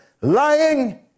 lying